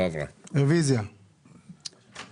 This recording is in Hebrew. מדובר במעשים של יחידים.